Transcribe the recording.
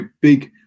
big